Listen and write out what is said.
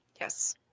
Yes